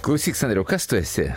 klausyk sandriau kas tu esi